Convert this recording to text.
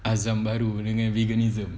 azam baru dengan veganism